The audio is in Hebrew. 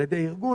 הארגון,